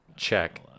Check